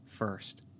first